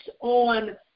on